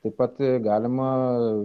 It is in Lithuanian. taip pat galima